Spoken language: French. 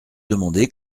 demander